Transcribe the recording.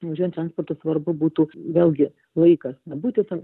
važiuojant transportu svarbu būtų vėlgi laikas būti tam